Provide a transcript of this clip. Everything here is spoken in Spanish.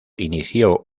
inició